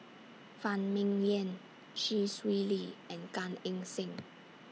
Phan Ming Yen Chee Swee Lee and Gan Eng Seng